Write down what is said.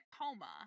coma